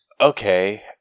okay